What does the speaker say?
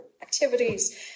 activities